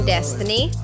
Destiny